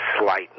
slight